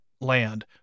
land